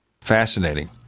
Fascinating